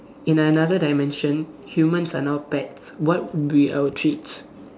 in another dimension humans are now pets what will be our treats